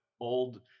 old